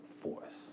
force